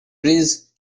breeze